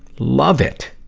love it!